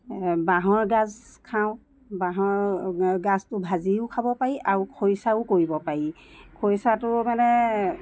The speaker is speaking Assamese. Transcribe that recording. বাঁহৰ গাজ খাওঁ বাঁহৰ গা গাজটো ভাজিও খাব পাই আৰু খৰিচাও কৰিব পাই খৰিচাটো মানে